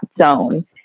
zone